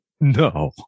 no